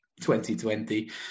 2020